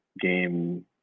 game